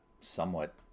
somewhat